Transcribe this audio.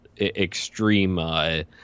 extreme